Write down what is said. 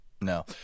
No